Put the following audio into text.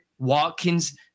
Watkins